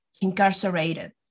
incarcerated